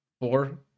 Four